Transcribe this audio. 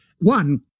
one